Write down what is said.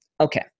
Okay